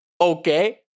okay